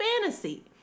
fantasy